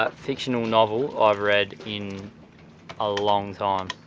ah fictional novel i've read in a long time.